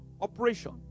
operation